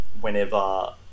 whenever